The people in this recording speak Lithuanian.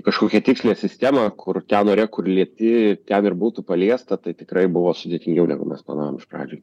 kažkokią tikslią sistemą kur ten ore kur lieti ten ir būtų paliesta tai tikrai buvo sudėtingiau negu mes planavom iš pradžių